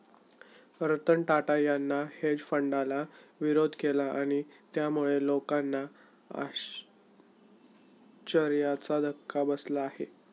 रतन टाटा यांनी हेज फंडाला विरोध केला आणि त्यामुळे लोकांना आश्चर्याचा धक्का बसला आहे